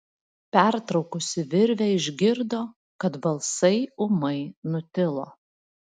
pertraukusi virvę išgirdo kad balsai ūmai nutilo